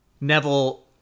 Neville